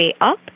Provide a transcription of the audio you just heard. up